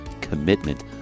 commitment